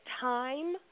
time